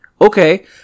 Okay